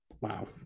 wow